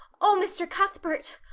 oh, mr. cuthbert!